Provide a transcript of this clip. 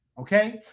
Okay